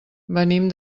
venim